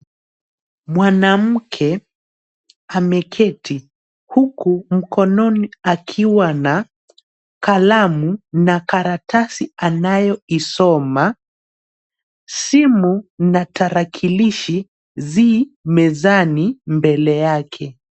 Mwanamke ameketi huku mkononi akiwa na kalamu na karatasi anayoisoma simu na tarakilishi zi mezani mbele yake.